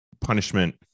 punishment